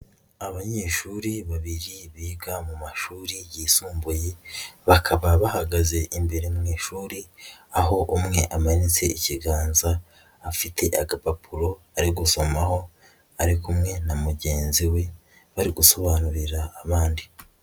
Abanyeshuri babiri biga mu mashuri yisumbuye, bakaba bahagaze imbere mu ishuri aho umwe amanitse ikiganza afite agapapuro ari gusomaho, ari kumwe na mugenzi we bari gusobanurira abandi.